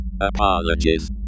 Apologies